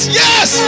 yes